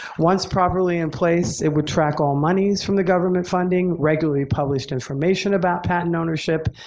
once properly in place, it would track all monies from the government funding, regularly published information about patent ownership,